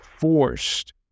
forced